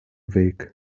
weg